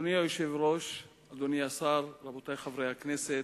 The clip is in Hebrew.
אדוני היושב-ראש, אדוני השר, רבותי חברי הכנסת,